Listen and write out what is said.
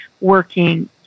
working